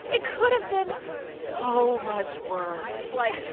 it could have been so much worse. like,